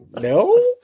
No